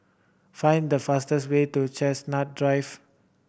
find the fastest way to Chestnut Drive